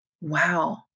Wow